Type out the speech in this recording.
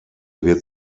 wird